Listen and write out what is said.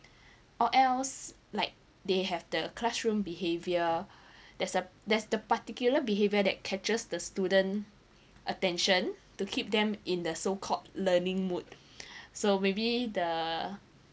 or else like they have the classroom behaviour there's a there's the particular behavior that catches the student attention to keep them in the so called learning mood so maybe the